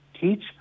teach